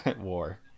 war